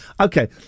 Okay